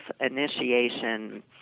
initiation